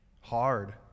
hard